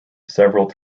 several